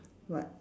but